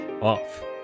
off